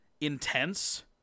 intense